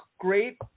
Great